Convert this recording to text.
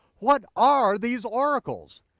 what are these oracles?